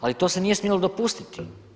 Ali to se nije smjelo dopustiti.